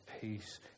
peace